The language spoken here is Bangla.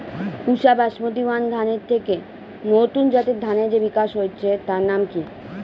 পুসা বাসমতি ওয়ান ধানের থেকে নতুন জাতের ধানের যে বিকাশ হয়েছে তার নাম কি?